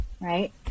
Right